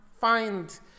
find